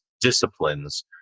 disciplines